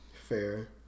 Fair